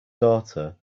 daughter